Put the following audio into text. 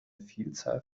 vielzahl